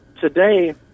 today